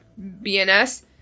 BNS